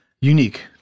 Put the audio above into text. unique